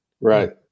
Right